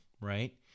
right